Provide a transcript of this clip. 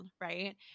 right